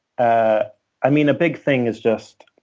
ah i mean, a big thing is just,